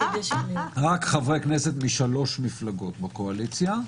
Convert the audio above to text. אפילו הייתי אומר רק חברי כנסת משלוש מפלגות בקואליציה,